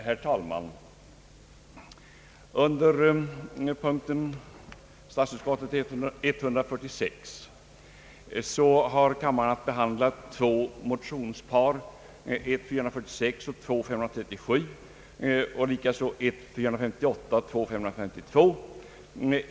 Herr talman! Unnder punkten statsutskottets utlåtande nr 146 har kammaren att behandla två motionspar, I: 446 och II: 537 samt 1:458 och II: 552.